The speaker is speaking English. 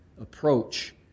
approach